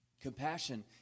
Compassion